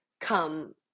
come